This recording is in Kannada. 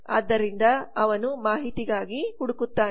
ಆದ್ದರಿಂದ ಅವರು ಮಾಹಿತಿಗಾಗಿ ಹುಡುಕುತ್ತಾರೆ